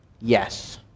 yes